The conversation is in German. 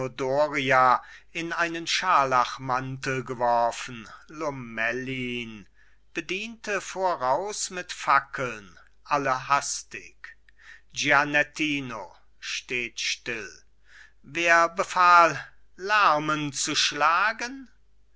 doria in einen scharlachmantel geworfen lomellin bediente voraus mit fackeln alle hastig gianettino steht still wer befahl lärmen zu schlagen